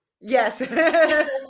Yes